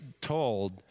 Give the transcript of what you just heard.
told